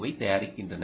ஐ தயாரிக்கின்றன